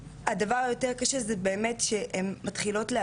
הן כל הזמן היו מרושתות במצלמות, עשרים וארבע שבע.